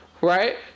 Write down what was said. right